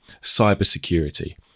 cybersecurity